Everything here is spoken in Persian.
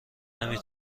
نمی